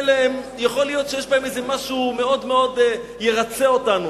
יכול להיות שיש בדברים האלה משהו שמאוד ירצה אותנו,